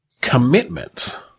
Commitment